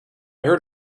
heard